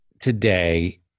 today